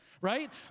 Right